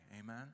Amen